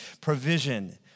Provision